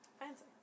Fancy